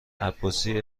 عباسی